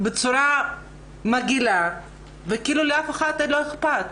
בצורה מגעילה, וכאילו לאף אחד לא אכפת.